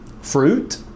fruit